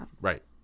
Right